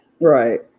Right